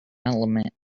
element